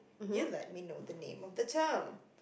you let me know the name of the term